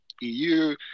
eu